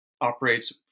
operates